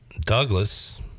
douglas